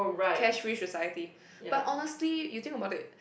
cash free society but honestly you think about it